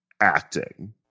acting